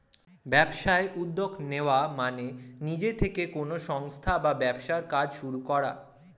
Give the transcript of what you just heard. ব্যবসায় উদ্যোগ নেওয়া মানে নিজে থেকে কোনো সংস্থা বা ব্যবসার কাজ শুরু করা